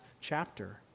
chapter